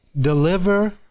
deliver